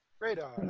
Radar